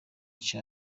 cha